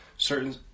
Certain